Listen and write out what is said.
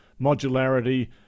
modularity